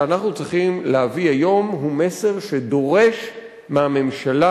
שאנחנו צריכים להביא היום הוא מסר שדורש מהממשלה